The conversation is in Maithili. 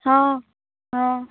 हँ हँ